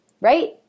right